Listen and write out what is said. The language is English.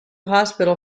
hospital